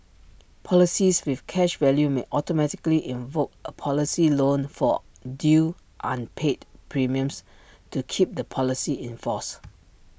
policies with cash value may automatically invoke A policy loan for due unpaid premiums to keep the policy in force